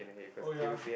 oh ya